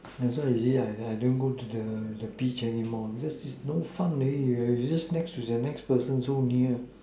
that's why you see I I don't go to the the beach anymore because it's no fun already you are just next to the next person so near